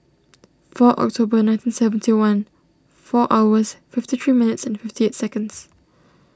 four October nineteen seventy one four hours fifty three minutes and fifty eight seconds